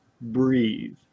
breathe